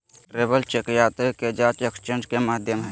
travellers cheque यात्री के जांच एक्सचेंज के माध्यम हइ